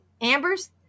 Amber's